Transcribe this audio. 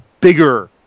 bigger